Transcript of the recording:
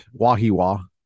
Wahiwa